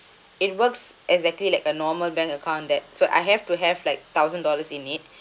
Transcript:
it works exactly like a normal bank account that so I have to have like thousand dollars in it